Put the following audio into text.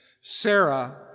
Sarah